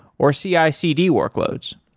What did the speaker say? or cicd workloads